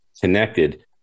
connected